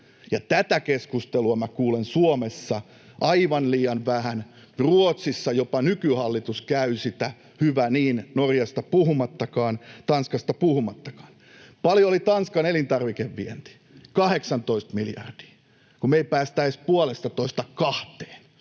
tätä keskustelua minä kuulen Suomessa aivan liian vähän. Ruotsissa jopa nykyhallitus käy sitä, hyvä niin, Norjasta puhumattakaan, Tanskasta puhumattakaan. Paljonko oli Tanskan elintarvikevienti? 18 miljardia, kun me ei päästä edes puolestatoista kahteen.